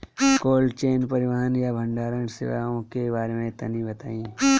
Cold chain परिवहन या भंडारण सेवाओं के बारे में तनी बताई?